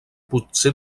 potser